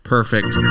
Perfect